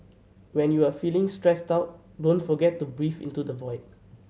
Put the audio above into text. when you are feeling stressed out don't forget to breathe into the void